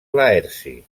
laerci